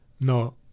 No